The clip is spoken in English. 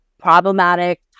problematic